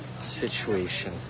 situation